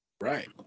Right